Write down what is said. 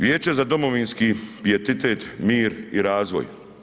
Vijeće za domovinski pijetet, mir i razvoj.